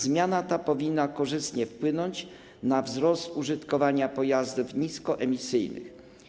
Zmiana ta powinna korzystnie wpłynąć na wzrost użytkowania pojazdów niskoemisyjnych.